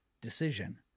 decision